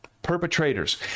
perpetrators